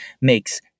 makes